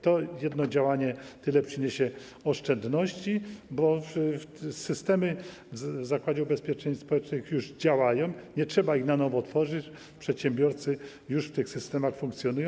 To jedno działanie tyle przyniesie oszczędności, bo systemy w Zakładzie Ubezpieczeń Społecznych już działają, nie trzeba ich na nowo tworzyć, przedsiębiorcy już w ramach tych systemów funkcjonują.